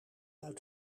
uit